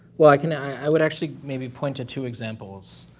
well, i can. i would actually maybe point to two examples.